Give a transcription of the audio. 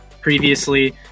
previously